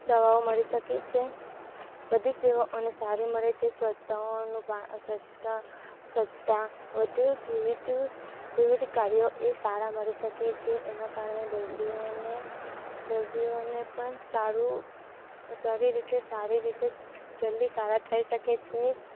દવાઓ મળી શકે છે બધી સેવાઓ અને સારી મળે છે સ્વચ્છતા હોવાનું સ્વચ્છતા વિવિધ વિવિધ વિવિધ કાર્યો એ સારા મળી શકે છે એનાં કારણે દર્દીઓને દર્દીઓને પણ સારું સારી રીતે સારી રીતે જલદી સારા થઈ શકે છે